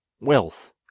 Wealth